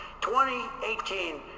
2018